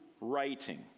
writing